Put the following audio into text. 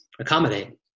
accommodate